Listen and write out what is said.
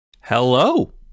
Hello